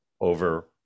over